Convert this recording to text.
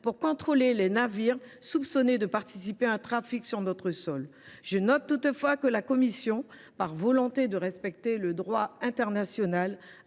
pour contrôler les navires soupçonnés de participer à un trafic sur notre sol. Je note toutefois que la commission, par volonté de respecter le droit international,